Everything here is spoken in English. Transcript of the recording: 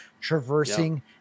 Traversing